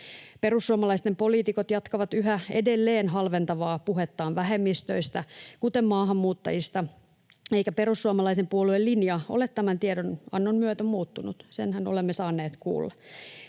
Perussuomalaisten poliitikot jatkavat yhä edelleen halventavaa puhettaan vähemmistöistä, kuten maahanmuuttajista, eikä perussuomalaisen puolueen linja ole tämän tiedonannon myötä muuttunut, senhän olemme saaneet kuulla.